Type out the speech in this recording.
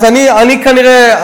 אני כנראה,